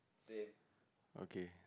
okay